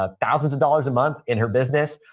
ah thousands of dollars a month in her business